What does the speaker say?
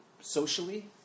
socially